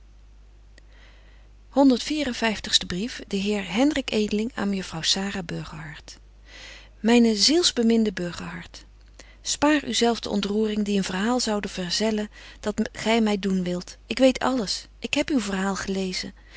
vyftigste brief de heer hendrik edeling aan mejuffrouw sara burgerhart myne zielsbeminde burgerhart spaar u zelf de ontroering die een verhaal zoude verzellen dat gy my doen wilt ik weet alles ik heb uw verhaal gelezen